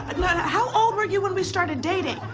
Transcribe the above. i mean and how old were you when we started dating?